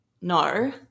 no